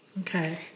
Okay